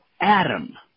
Adam